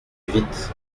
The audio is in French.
vite